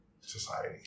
society